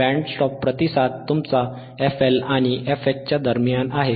band stop प्रतिसाद तुमचा fL आणि fH च्या दरम्यान आहे